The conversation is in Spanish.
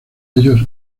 ellos